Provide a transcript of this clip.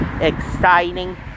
exciting